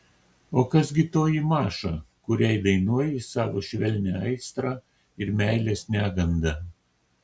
o kas gi toji maša kuriai dainuoji savo švelnią aistrą ir meilės negandą